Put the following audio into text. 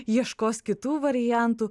ieškos kitų variantų